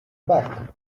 back